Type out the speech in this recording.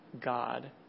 God